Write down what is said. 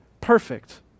perfect